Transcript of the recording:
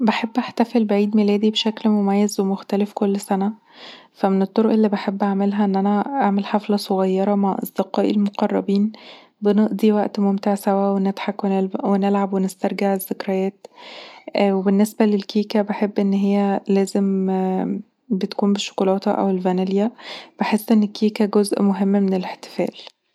بحب احتفل بعيد ميلادي بشكل مميز ومختلف كل سنة فمن الطرق اللي بحب أعملها ان انا أعمل حفلة صغيرة مع أصدقائي المقربين. بنقضي وقت ممتع سوا، نضحك ونلعب ونسترجع الذكريات. وبالنسبه للكيكه بحب ان هي لازم بتكون بالشيكولاته او الفانيليا، بحس ان الكيكه جزء مهم من الاحتفال